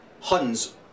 huns